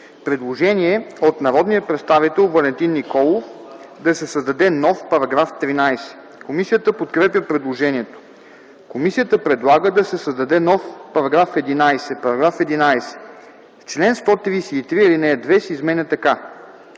предложение от народния представител Валентин Николов – да се създаде нов § 13. Комисията подкрепя предложението. Комисията предлага да се създаде нов § 11: „§ 11. В чл. 133 ал. 2 се изменя така: